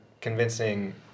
convincing